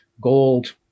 Gold